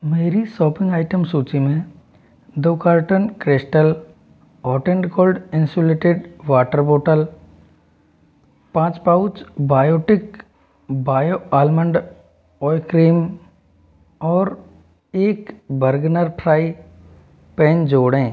मेरी shopping item सूची में दो carton crystal hot and cold insulated water bottle पाँच pouch Biotique bio almond oil cream और एक बर्गनर फ्राई पैन जोड़ें